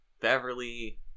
Beverly